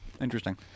Interesting